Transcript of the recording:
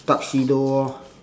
tuxedo orh